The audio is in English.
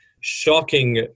shocking